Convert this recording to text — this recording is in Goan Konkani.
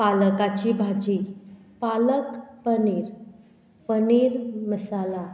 पालकाची भाजी पालक पनीर पनीर मसाला